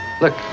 Look